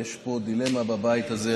יש פה דילמה בבית הזה.